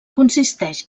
consisteix